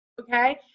Okay